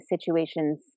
situations